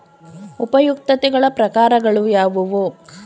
ಉಪಯುಕ್ತತೆಗಳ ಪ್ರಕಾರಗಳು ಯಾವುವು?